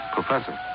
Professor